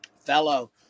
fellow